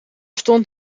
stond